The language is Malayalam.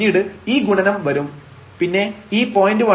പിന്നീട് ഈ ഗുണനം വരും പിന്നെ ഈ 0